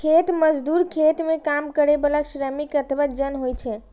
खेत मजदूर खेत मे काम करै बला श्रमिक अथवा जन होइ छै